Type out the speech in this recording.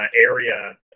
area